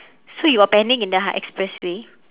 so you got panic in the high~ expressway